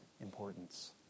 importance